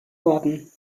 worden